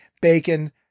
bacon